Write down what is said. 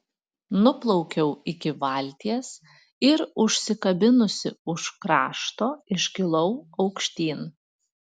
nuplaukiau iki valties ir užsikabinusi už krašto iškilau aukštyn